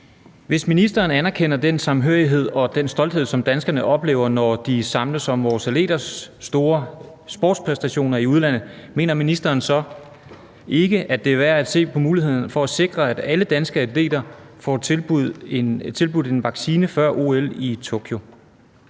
Hvis ministeren anerkender den sammenhørighed og den stolthed, som danskerne oplever, når de samles om vores atleters store sportspræstationer i udlandet, mener ministeren så ikke, at det er værd at se på muligheden for at sikre, at alle danske atleter får tilbudt en vaccine før OL i Tokyo?